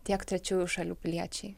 tiek trečiųjų šalių piliečiai